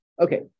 Okay